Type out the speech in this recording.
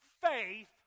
faith